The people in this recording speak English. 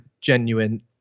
genuine